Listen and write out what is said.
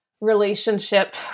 relationship